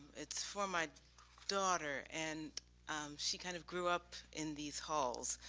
it's for my daughter and she kind of grew up in these halls.